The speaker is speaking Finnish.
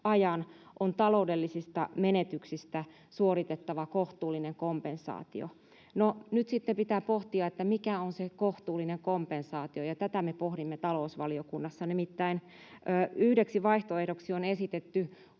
ajan, on taloudellisista menetyksistä suoritettava kohtuullinen kompensaatio. No, nyt sitten pitää pohtia, mikä on se kohtuullinen kompensaatio, ja tätä me pohdimme talousvaliokunnassa. Nimittäin yhdeksi vaihtoehdoksi on esitetty